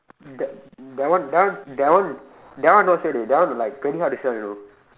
that that one that one that one that one not sure dey that one like very hard to sell you know